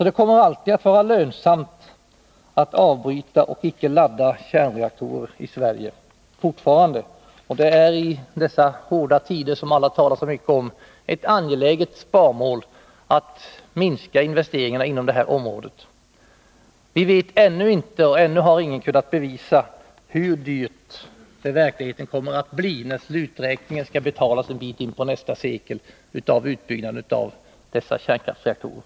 Det kommer alltid att vara lönsamt att avbryta och icke ladda kärnkrafts Nr 51 reaktorer i Sverige. Och i dessa hårda tider — som alla talar så mycket om — är Tisdagen den det ett angeläget sparmål att minska investeringar på det här området. Vi vet 16 december 1980 ännu inte hur dyrt det i verkligheten kommer att bli när sluträkningen skall betalas en bit in på nästa sekel för utbyggnaden av dessa kärnkraftsreaktorer.